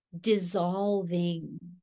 dissolving